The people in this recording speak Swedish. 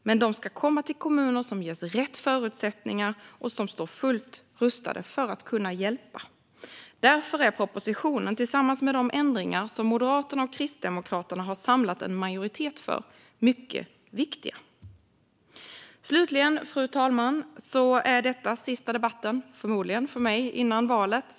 Men de ska komma till kommuner som ges rätt förutsättningar och står fullt rustade för att kunna hjälpa. Därför är propositionen tillsammans med de ändringar som Moderaterna och Kristdemokraterna har samlat en majoritet för mycket viktig. Slutligen, fru talman, vill jag säga att detta förmodligen är sista debatten för mig före valet.